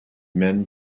men